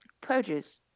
Produce